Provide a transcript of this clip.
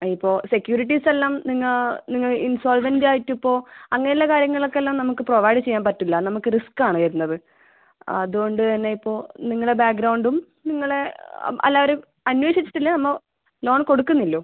അതിപ്പോൾ സെക്യൂരിറ്റീസെല്ലാം നിങ്ങൾ നിങ്ങൾ ഇൻസോൾവെൻ്റായിട്ടിപ്പോൾ അങ്ങനെയുള്ള കാര്യങ്ങൾക്കെല്ലാം നമുക്ക് പ്രൊവൈഡ് ചെയ്യാൻ പറ്റില്ല നമുക്ക് റിസ്ക്കാണ് വരുന്നത് അതുകൊണ്ട് തന്നെ ഇപ്പോൾ നിങ്ങളുടെ ബാഗ്രൗണ്ടും നിങ്ങളെ എല്ലാവരും അന്വേഷിച്ചിട്ടല്ലേ നമ്മൾ ലോൺ കൊടുക്കുന്നുള്ളൂ